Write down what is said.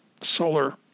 solar